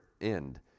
end